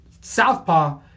Southpaw